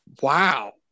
wow